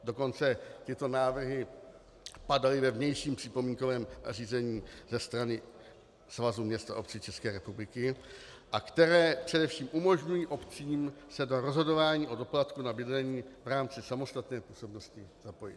Dokonce tyto návrhy padaly ve vnějším připomínkovém řízení ze strany Svazu měst a obcí České republiky a především umožňují obcím se do rozhodování o doplatku na bydlení v rámci samostatné působnosti zapojit.